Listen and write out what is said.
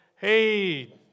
hey